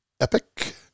EPIC